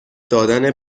دادن